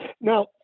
Now